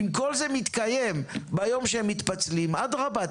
ואם כל זה מתקיים ביום שהם מתפצלים אז אדרבא,